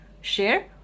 share